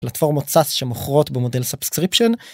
פלטפורמות SaaS שמוכרות במודל subscription.